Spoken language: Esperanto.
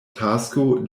tasko